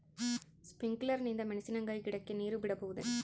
Sprinkler ನಿಂದ ಮೆಣಸಿನಕಾಯಿ ಗಿಡಕ್ಕೆ ನೇರು ಬಿಡಬಹುದೆ?